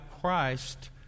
Christ